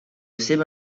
seva